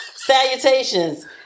Salutations